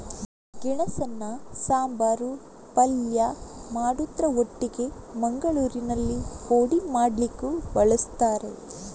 ಗೆಣಸನ್ನ ಸಾಂಬಾರು, ಪಲ್ಯ ಮಾಡುದ್ರ ಒಟ್ಟಿಗೆ ಮಂಗಳೂರಿನಲ್ಲಿ ಪೋಡಿ ಮಾಡ್ಲಿಕ್ಕೂ ಬಳಸ್ತಾರೆ